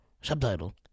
Subtitle